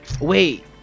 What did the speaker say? Wait